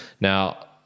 Now